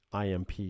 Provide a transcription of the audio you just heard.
IMP